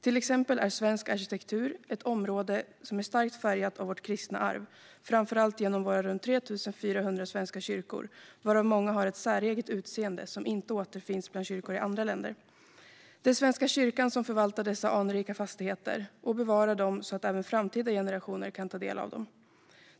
Till exempel är svensk arkitektur ett område som är starkt färgat av vårt kristna arv, framför allt genom våra runt 3 400 svenska kyrkor. Många av dem har ett säreget utseende som inte återfinns hos kyrkor i andra länder. Det är Svenska kyrkan som förvaltar dessa anrika fastigheter och bevarar dem så att även framtida generationer kan ta del av dem.